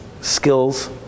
skills